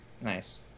Nice